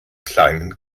kleinen